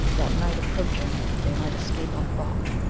that, night approaching, they might escape unfought.